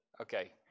Okay